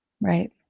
Right